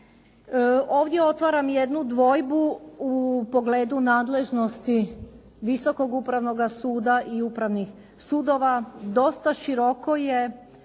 Ovdje otvaram jednu dvojbu u pogledu nadležnosti Visokog upravnoga suda i upravnih sudova, dosta široko je